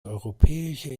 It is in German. europäische